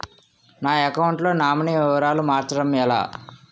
నా అకౌంట్ లో నామినీ వివరాలు మార్చటం ఎలా?